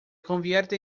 convierte